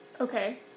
Okay